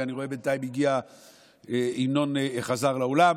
אני רואה בינתיים שינון חזר לאולם,